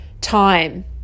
time